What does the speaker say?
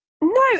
No